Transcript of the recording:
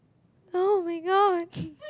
[oh]-my-god